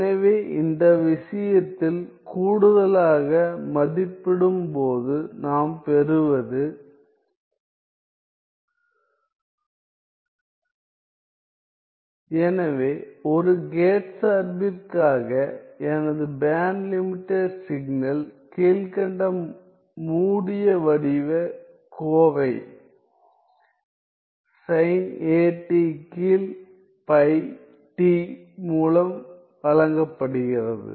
எனவே இந்த விஷயத்தில் கூடுதலாக மதிப்பிடும் போது நாம் பெறுவது எனவே ஒரு கேட் சார்பிற்காக எனது பேண்ட் லிமிடெட் சிக்னல் கீழ்க்கண்ட மூடிய வடிவ கோவை sin a t கீழ் பை t மூலம் வழங்கப்படுகிறது